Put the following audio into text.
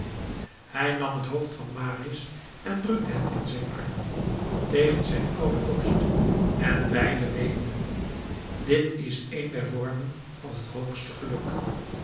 hij nam het hoofd van marius en drukte het in zijn armen tegen zijn oude borst en beiden weenden dit is een der vormen van het hoogste geluk